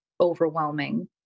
overwhelming